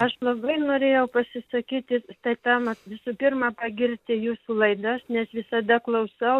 aš labai norėjau pasisakyti ta tema visų pirma pagirti jūsų laidas nes visada klausau